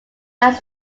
lines